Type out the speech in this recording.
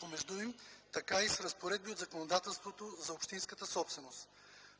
помежду им, така и с разпоредби от законодателството за общинската собственост.